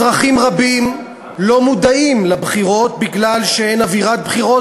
אזרחים רבים לא מודעים לבחירות כי אין אווירת בחירות,